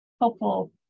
hopeful